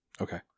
Okay